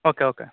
okay okay